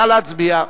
נא להצביע.